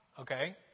okay